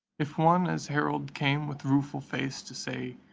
if one as herald came with rueful face to say,